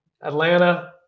Atlanta